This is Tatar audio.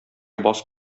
баз